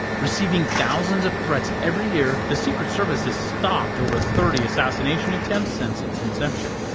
receiving thousands of threats every year, the secret service has stopped over thirty assassination attempts since its inception.